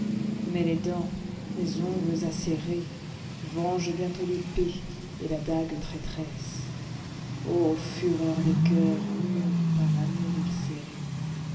mais les dents les ongles acérés vengent bientôt tépée et la dague traîtresse fureur des cœurs mûrs par